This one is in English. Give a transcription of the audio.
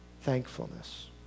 Thankfulness